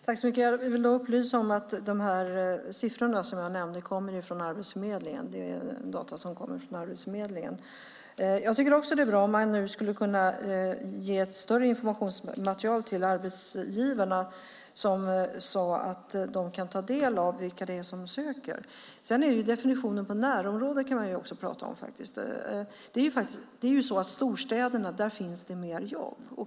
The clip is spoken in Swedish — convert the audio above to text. Herr talman! Jag vill upplysa om att de siffror som jag nämnde är data som kommer från Arbetsförmedlingen. Jag tycker att det vore bra om man skulle kunna ge ett större informationsmaterial till arbetsgivarna så att de kan ta del av vilka det är som söker. Sedan kan man diskutera definitionen av närområde. I storstäderna finns det mer jobb.